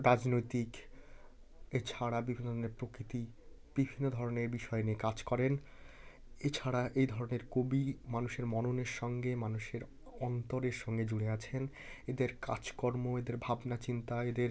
রাজনৈতিক এছাড়া বিভিন্ন ধরনের পকৃতি বিভিন্ন ধরনের বিষয় নিয়ে কাজ করেন এছাড়া এই ধরনের কবি মানুষের মননের সঙ্গে মানুষের অন্তরের সঙ্গে জুড়ে আছেন এদের কাজকর্ম এদের ভাবনা চিন্তা এদের